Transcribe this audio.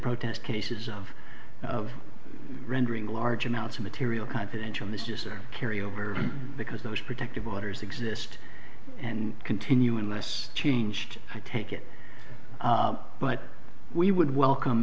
protest cases of of rendering large amounts of material confidential mr carry over because those protective orders exist and continue unless changed i take it but we would welcome